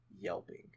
yelping